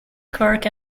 kirk